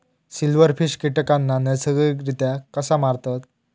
Silverfish कीटकांना नैसर्गिकरित्या कसा मारतत?